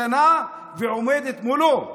איתנה ועומדת מולו.